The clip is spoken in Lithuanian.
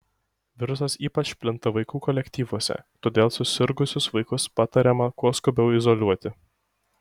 virusas ypač plinta vaikų kolektyvuose todėl susirgusius vaikus patariama kuo skubiau izoliuoti